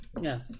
Yes